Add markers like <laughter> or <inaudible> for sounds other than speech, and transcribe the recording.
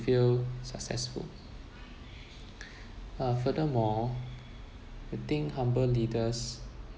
feel successful <breath> uh furthermore I think humble leaders